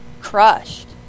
crushed